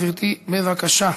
גברתי, בבקשה.